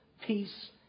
peace